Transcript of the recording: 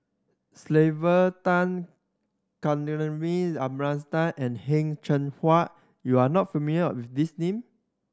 Sylvia Tan Kavignareru Amallathasan and Heng Cheng Hwa you are not familiar with these names